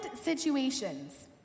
situations